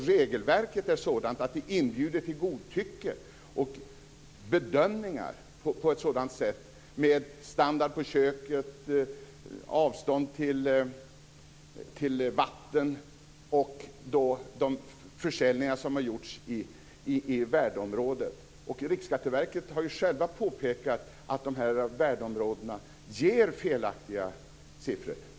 Men regelverket är sådant att det inbjuder till godtycke och bedömningar, med standard på köket, avstånd till vatten och de försäljningar som har gjorts i värdeområdet. Riksskatteverket har påpekat att de här värdeområdena ger felaktiga siffror.